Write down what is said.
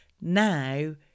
Now